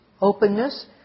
openness